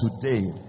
today